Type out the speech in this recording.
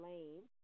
Lane